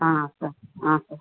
sir sir